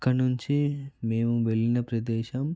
అక్కడనుంచి మేము వెళ్ళిన ప్రదేశం